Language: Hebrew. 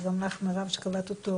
וגם לך מירב שקבעת אותו